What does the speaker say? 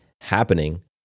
happening